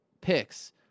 picks